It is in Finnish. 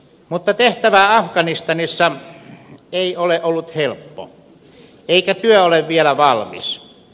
mutta tehtävä afganistanissa ei ole ollut helppo eikä työ ole vielä valmis